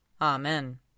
Amen